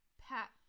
pat